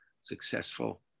successful